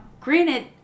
granted